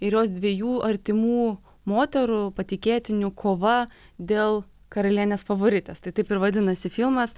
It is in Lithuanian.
ir jos dviejų artimų moterų patikėtinių kova dėl karalienės favoritės tai taip ir vadinasi filmas